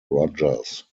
rogers